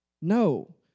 No